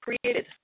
created